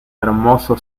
hermoso